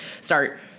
start